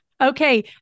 Okay